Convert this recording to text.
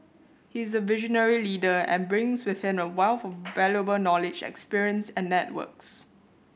he is a visionary leader and brings with him a wealth of valuable knowledge experience and networks